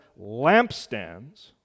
lampstands